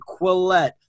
Quillette